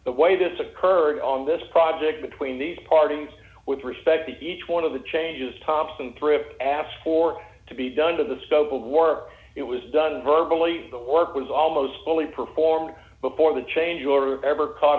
the way this occurred on this project between these parties with respect to each one of the changes thompson thrift asks for to be done to the scope of work it was done virtually the work was almost fully performed before the change order ever caught